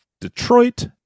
detroit